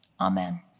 Amen